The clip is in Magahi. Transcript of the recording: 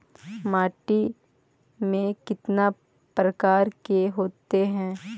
माटी में कितना प्रकार के होते हैं?